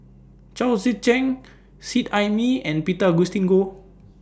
Chao Tzee Cheng Seet Ai Mee and Peter Augustine Goh